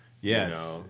Yes